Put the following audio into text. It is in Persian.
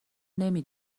نمی